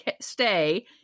stay